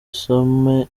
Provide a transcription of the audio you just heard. usome